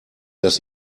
das